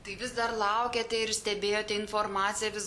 tai vis dar laukėte ir stebėjote informaciją vis